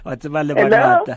hello